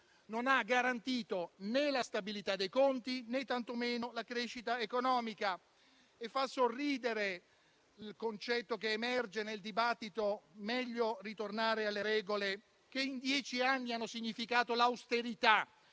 non ha garantito né la stabilità dei conti, né tantomeno la crescita economica e fa sorridere il concetto che emerge nel dibattito secondo cui sarebbe meglio ritornare alle regole che in dieci anni hanno significato l'austerità